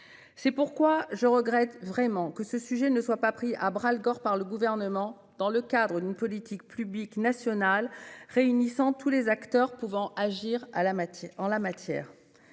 C'est pourquoi je regrette que ce sujet ne soit pas pris à bras-le-corps par le Gouvernement dans le cadre d'une politique publique nationale réunissant tous les acteurs pouvant agir en la matière.